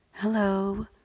Hello